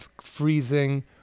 freezing